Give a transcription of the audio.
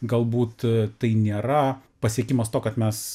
galbūt tai nėra pasiekimas to kad mes